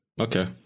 Okay